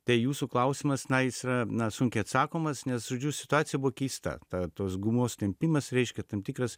tai jūsų klausimas na jis yra na sunkiai atsakomas nes žodžiu situacija buvo keista ta tos gumos tempimas reiškia tam tikras